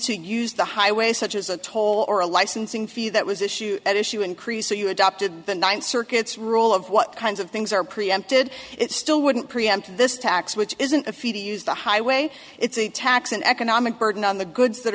to use the highway such as a toll or a licensing fee that was issued at issue increase so you adopted the ninth circuit's rule of what kinds of things are preempted it still wouldn't preempt this tax which isn't a fee to use the highway it's a tax an economic burden on the goods that